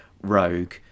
rogue